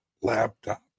laptop